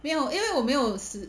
没有因为我没有时